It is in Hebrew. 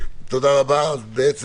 את בעצם